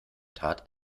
tat